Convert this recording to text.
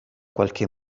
qualche